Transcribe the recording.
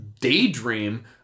daydream